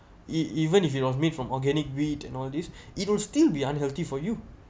e~ even if it was made from organic wheat and all this it will still be unhealthy for you